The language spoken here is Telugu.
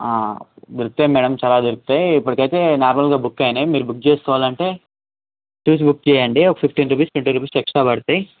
దొరుకుతాయి మేడమ్ చాలా దొరుకుతాయి ఇప్పుడికి అయితే నార్మల్గా బుక్ అయినాయి మీరు బుక్ చేసుకోవాలంటే చూసి బుక్ చేయండి ఒక fifteen rupees twenty rupees extra పడతాయి